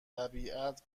طبیعت